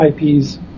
IPs